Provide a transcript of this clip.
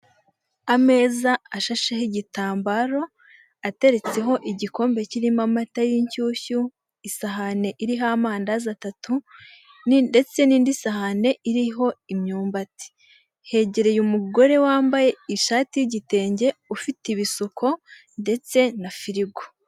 Ameza ashasheho igitambaro ateretseho igikombe kirimo amata y'inshyushyu, isahani iriho amadaza atatu, ndetse n'indi sahane iriho imyumbati, hegereye umugore wambaye ishati y'igitenge ufite ibisuko ndetse na firigo.